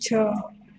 છ